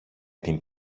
την